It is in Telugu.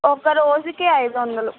ఒక రోజుకి ఐదు వందలు